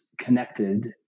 connected